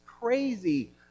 crazy